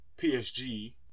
PSG